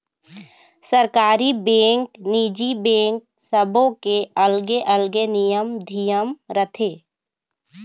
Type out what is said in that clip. सरकारी बेंक, निजी बेंक सबो के अलगे अलगे नियम धियम रथे